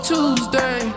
Tuesday